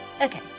Okay